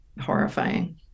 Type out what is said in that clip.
horrifying